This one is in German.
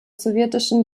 sowjetischen